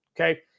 Okay